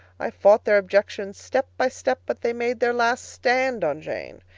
i fought their objections step by step, but they made their last stand on jane.